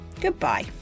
goodbye